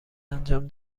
انجام